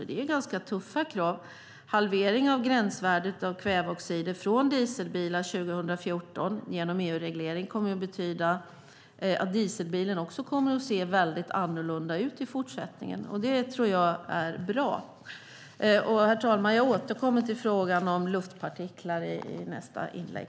Det är ganska tuffa krav. En halvering av gränsvärdet av kväveoxider från dieselbilar 2014 genom EU-reglering kommer att betyda att dieselbilarna kommer att se mycket annorlunda ut i fortsättningen. Det tror jag är bra. Herr talman! Jag återkommer i nästa inlägg till frågan om luftpartiklar.